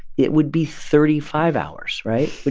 it would be thirty five hours, right? but